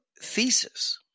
thesis